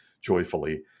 Joyfully